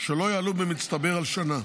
שלא יעלו במצטבר על שנה,